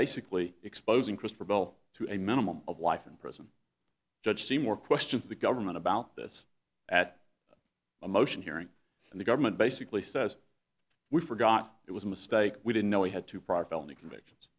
basically exposing christabel to a minimum of life in prison judge c more questions the government about this at a motion hearing and the government basically says we forgot it was a mistake we didn't know we had to prod felony convictions